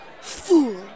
Fool